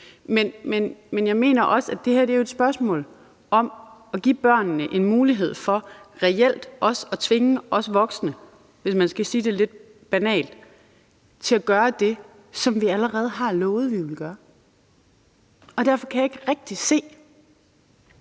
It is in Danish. men jeg mener også, at det her er et spørgsmål om at give børnene en mulighed for reelt også at tvinge os voksne – hvis man skal sige det lidt banalt – til at gøre det, som vi allerede har lovet vi ville gøre. Derfor kan jeg ikke rigtig se